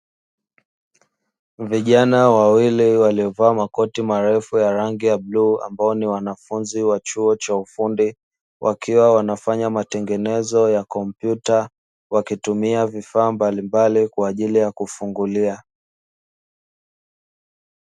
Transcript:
Vijana wawili, waliovaa makoti marefu ya rangi ya bluu, ambayo ni wanafunzi wa chuo cha ufundi, wakiwa wanafanya matengenezo ya kompyuta, wakitumia vifaa mbalimbali kwa ajili ya kufungulia.